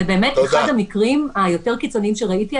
זה באמת אחד המקרים היותר קיצוניים שראיתי.